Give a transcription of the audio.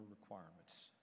requirements